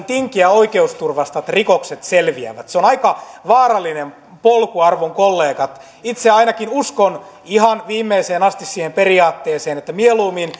tinkiä oikeusturvasta jotta rikokset selviävät se on aika vaarallinen polku arvon kollegat itse ainakin uskon ihan viimeiseen asti siihen periaatteeseen että mieluummin